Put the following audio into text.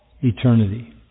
eternity